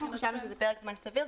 אנחנו חשבנו שזה פרק זמן סביר.